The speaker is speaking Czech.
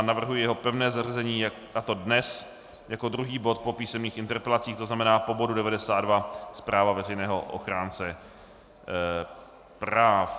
Navrhuji jeho pevné zařazení dnes jako druhého bodu po písemných interpelacích, to znamená po bodu 92, zpráva veřejného ochránce práv.